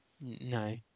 No